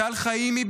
טל חיימי,